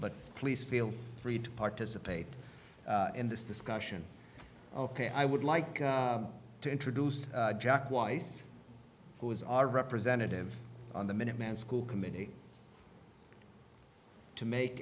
but please feel free to participate in this discussion ok i would like to introduce jack weiss who is our representative on the minuteman school committee to make